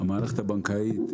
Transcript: המערכת הבנקאית,